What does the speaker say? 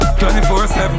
24-7